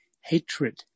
hatred